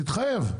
תתחייב.